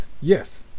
yes